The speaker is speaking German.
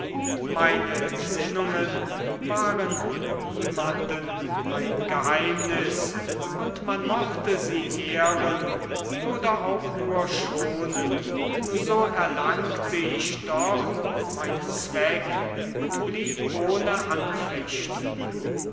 meine gesinnungen waren niemanden ein geheimnis und man mochte sie ehren oder auch nur schonen so erlangte ich doch meinen zweck und blieb ohne anfechtung